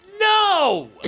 No